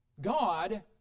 God